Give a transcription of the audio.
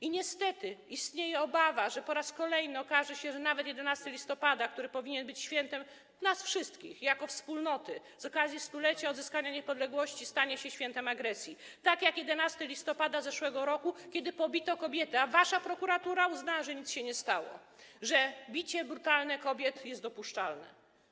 I niestety istnieje obawa, że po raz kolejny okaże się, że nawet 11 listopada, który powinien być świętem nas wszystkich jako wspólnoty, z okazji 100-lecia odzyskania niepodległości stanie się świętem agresji, tak jak 11 listopada zeszłego roku, kiedy pobito kobiety, a wasza prokuratura uznała, że nic się nie stało, że bicie brutalne kobiet jest dopuszczalne.